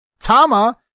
Tama